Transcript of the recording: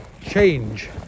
change